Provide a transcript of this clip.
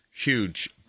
huge